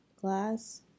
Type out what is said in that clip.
Glass